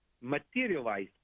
materialize